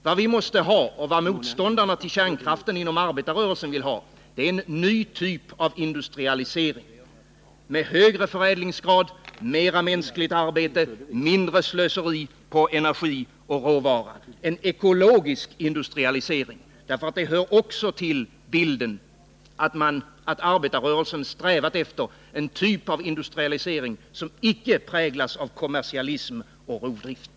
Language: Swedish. Vad vi måste ha och vad motståndarna till kärnkraften inom arbetarrörelsen vill ha är en ny typ av industrialisering, med högre förädlingsgrad, mera mänskligt arbete, mindre slöseri med energi och råvara — en ekologisk industrialisering. Det hör nämligen också till bilden att arbetarrörelsen strävat efter en typ av industrialisering som icke präglas av kommersialism och rovdrift.